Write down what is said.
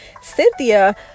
Cynthia